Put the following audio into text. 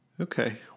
Okay